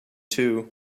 too